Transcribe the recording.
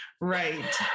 Right